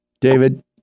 David